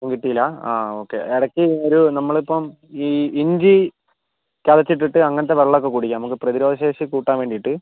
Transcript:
ഒന്നും കിട്ടിയില്ല ആ ഓക്കെ ഇടയ്ക്ക് ഒരു നമ്മളിപ്പം ഈ ഇഞ്ചി ചതച്ചിട്ടിട്ട് അങ്ങനത്തെ വെള്ളം ഒക്കെ കുടിക്കാം നമുക്ക് പ്രതിരോധശേഷി കൂട്ടാൻ വേണ്ടിയിട്ട്